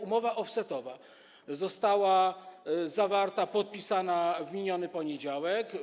Umowa offsetowa została zawarta, podpisana w miniony poniedziałek.